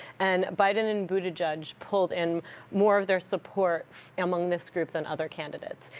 and biden and buttigieg pulled in more of their support among this group than other candidates.